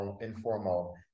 informal